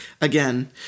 Again